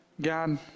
God